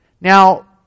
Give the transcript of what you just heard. Now